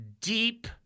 deep